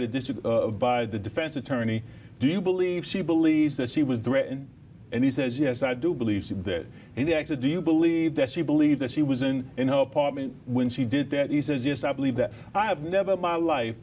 the district by the defense attorney do you believe she believes that she was threatened and he says yes i do believe that he acted do you believe that she believed that he was in in her apartment when she did that he says yes i believe that i have never my life